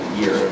year